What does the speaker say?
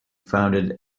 founded